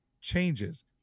changes